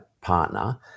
partner